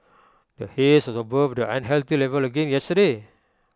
the haze was above the unhealthy level again yesterday